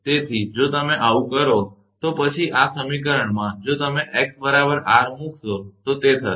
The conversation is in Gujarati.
તેથી જો તમે આવું કરો તો પછી આ સમીકરણમાં જો તમે x બરાબર r મૂકશો તો તે થશે